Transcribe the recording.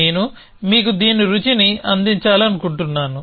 నేను మీకు దీని రుచిని అందించాలనుకుంటున్నాను